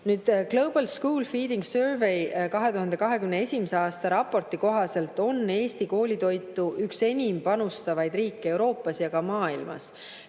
78%. Global School Feeding Survey 2021. aasta raporti kohaselt on Eesti koolitoitu üks enim panustavaid riike Euroopas ja maailmas